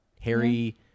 harry